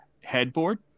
headboard